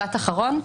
משפט אחרון.